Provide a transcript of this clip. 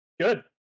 good